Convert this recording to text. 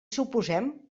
suposem